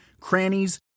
crannies